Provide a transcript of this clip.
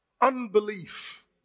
unbelief